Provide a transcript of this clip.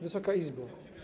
Wysoka Izbo!